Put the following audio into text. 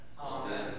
Amen